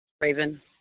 Raven